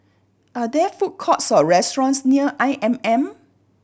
are there food courts or restaurants near I M M